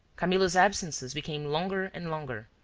camillo's absences became longer and longer,